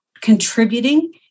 Contributing